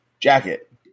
jacket